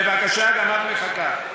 גם אני מחכה, בבקשה, גם את מחכה.